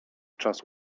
czas